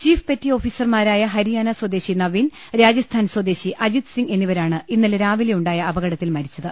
chief petty ഓഫീസർമാരായ ഹരിയാന സ്വദേശി നവീൻ രാജസ്ഥാൻ സ്വദേശി അജിത്സിംഗ് എന്നിവ രാണ് ഇന്നലെ രാവിലെയുണ്ടായ അപകടത്തിൽ മരിച്ച ത്